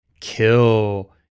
kill